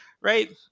Right